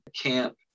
camp